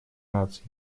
наций